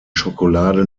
schokolade